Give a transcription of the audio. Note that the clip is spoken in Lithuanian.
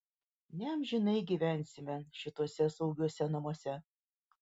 neamžinai gyvensime šituose saugiuose namuose